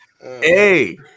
Hey